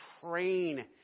train